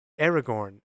Aragorn